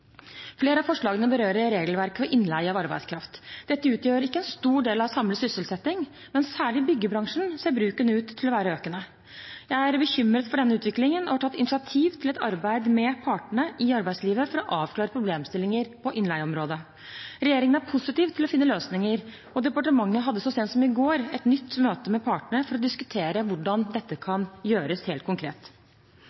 Flere av forslagene berører regelverket for innleie av arbeidskraft. Dette utgjør ikke en stor del av samlet sysselsetting, men særlig i byggebransjen ser bruken ut til å være økende. Jeg er bekymret for denne utviklingen og har tatt initiativ til et arbeid med partene i arbeidslivet for å avklare problemstillinger på innleieområdet. Regjeringen er positiv til å finne løsninger, og departementet hadde så sent som i går et nytt møte med partene for å diskutere hvordan dette